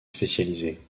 spécialisés